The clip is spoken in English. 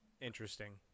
Interesting